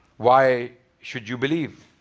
why should you believe?